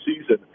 season